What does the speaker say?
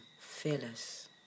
fearless